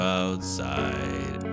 outside